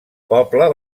poble